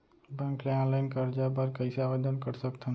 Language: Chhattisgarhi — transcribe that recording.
बैंक ले ऑनलाइन करजा बर कइसे आवेदन कर सकथन?